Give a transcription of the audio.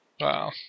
Wow